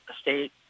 state